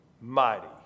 mighty